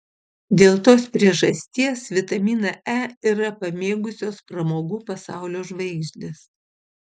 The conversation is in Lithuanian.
dėl tos priežastis vitaminą e yra pamėgusios pramogų pasaulio žvaigždės